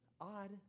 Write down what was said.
Odd